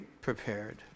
prepared